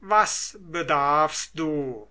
was bedarfst du